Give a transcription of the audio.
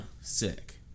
Sick